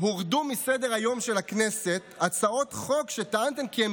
הורדו מסדר-היום של הכנסת הצעות חוק שטענתם כי הן